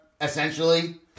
essentially